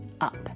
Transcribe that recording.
up